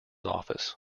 office